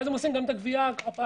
ואז הם עושים את הגבייה האגרסיבית.